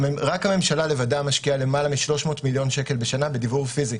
רק הממשלה לבדה משקיעה יותר מ-300 מיליון שקל בשנה בדיוור פיזי.